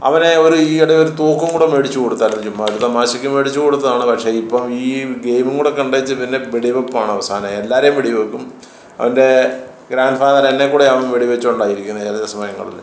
അവന് ഒരു ഈയിടെ ഒരു തോക്കും കൂടെ മേടിച്ചു കൊടുത്തായിരുന്നു ചുമ്മാ ഒരു തമാശക്ക് മേടിച്ചു കൊടുത്തതാണ് പക്ഷെ ഇപ്പം ഈ ഗെയിമും കൂടെ കണ്ടേച്ച് പിന്നെ വെടിവെപ്പാണ് അവസാനം എല്ലാവരേയും വെടിവയ്ക്കും അവൻ്റെ ഗ്രാൻഡ്ഫാദറായ എന്നെകൂടെ അവൻ വെടിവെച്ചുകൊണ്ടാണ് ഇരിക്കുന്നത് ചില സമയങ്ങളിൽ